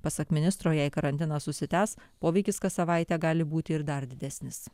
pasak ministro jei karantinas užsitęs poveikis kas savaitę gali būti ir dar didesnis